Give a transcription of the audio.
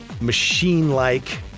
machine-like